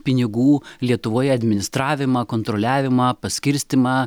pinigų lietuvoje administravimą kontroliavimą paskirstymą